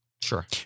Sure